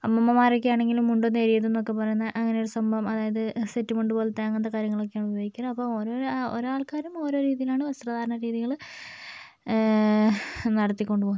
അമ്മൂമ്മമാരൊക്കെയാണെങ്കില് മുണ്ടും നേരിയതെന്നുമൊക്കെ പറയുന്ന അങ്ങനൊരു സംഭവം അതായത് സെറ്റ് മുണ്ട് പോലത്തെ അങ്ങനത്തെ കാര്യങ്ങളൊക്കെയാണ് ഉപയോഗിക്കല് അപ്പോൾ ഓരോരോ ഓരോ ആൾക്കാരും ഓരോ രീതിയിലാണ് വസ്ത്രധാരണ രീതികള് നടത്തികൊണ്ട് പോവുന്നത്